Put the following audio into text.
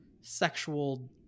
sexual